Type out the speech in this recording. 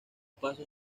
paso